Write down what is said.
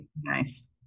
nice